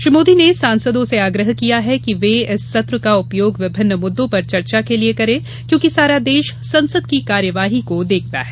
श्री मोदी ने सांसदों से आग्रह किया कि वे इस सत्र का उपयोग विभिन्न मुद्दों पर चर्चा के लिये करें क्योंकि सारा देश संसद की कार्यवाही को देखता है